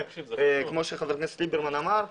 כמו שחבר הכנסת ליברמן אמר,